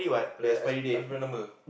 uh ex~ expire number